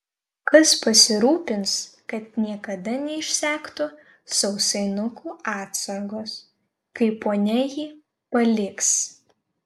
kas pasirūpins kad niekada neišsektų sausainukų atsargos kai ponia jį paliks